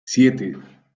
siete